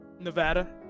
nevada